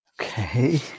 Okay